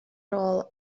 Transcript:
rôl